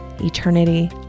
eternity